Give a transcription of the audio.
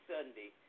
Sunday